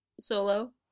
Solo